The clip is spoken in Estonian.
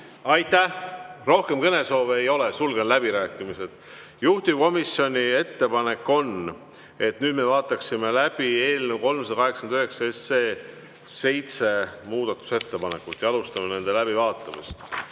Aitäh! Rohkem kõnesoove ei ole, sulgen läbirääkimised. Juhtivkomisjoni ettepanek on, et nüüd me vaataksime läbi eelnõu 389 seitse muudatusettepanekut, ja me alustame nende läbivaatamist.